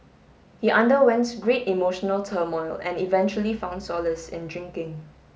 he underwent great emotional turmoil and eventually found solace in drinking